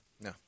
No